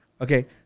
Okay